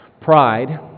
Pride